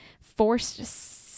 forced